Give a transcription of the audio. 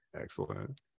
excellent